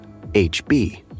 HB